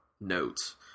notes